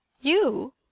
You